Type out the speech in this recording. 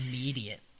immediate